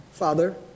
Father